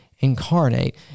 incarnate